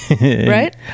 Right